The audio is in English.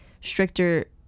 stricter